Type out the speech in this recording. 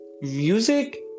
Music